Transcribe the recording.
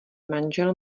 manžel